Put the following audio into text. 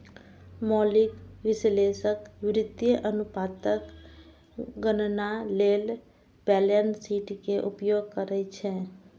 मौलिक विश्लेषक वित्तीय अनुपातक गणना लेल बैलेंस शीट के उपयोग करै छै